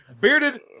Bearded